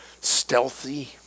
Stealthy